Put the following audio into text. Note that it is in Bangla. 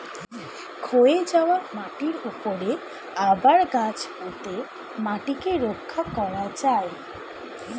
ক্ষয়ে যাওয়া মাটির উপরে আবার গাছ পুঁতে মাটিকে রক্ষা করা যায়